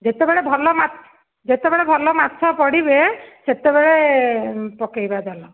ଯେତେବେଳେ ଭଲ ଯେତେବେଳେ ଭଲ ମାଛ ପଡ଼ିବେ ସେତେବେଳେ ପକେଇବା ଜାଲ